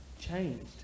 Changed